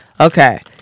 Okay